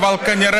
אדוני השר,